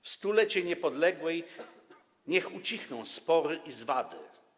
W 100-lecie Niepodległej niech ucichną spory i zwady.